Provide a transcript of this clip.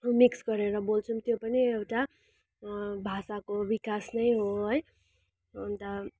mix गरेर बोल्छौँ त्यो पनि एउटा भाषाको विकास नै हो है अन्त